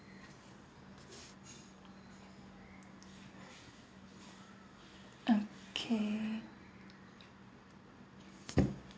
okay